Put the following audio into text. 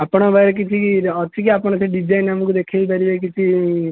ଆପଣଙ୍କ ପାଖରେ କିଛି ଅଛି କି ଆପଣ ସେ ଡିଜାଇନ୍ ଆମକୁ ଦେଖେଇ ପାରିବେ କିଛି